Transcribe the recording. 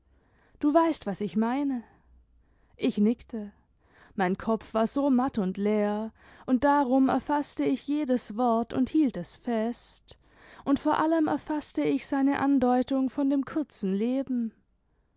du weißt was ich meine ich nickte mein kopf war so matt und leer und darum erfaßte ich jedes wort und hielt es fest und vor allem erfaßte ich seine andeutung von dem kurzen leben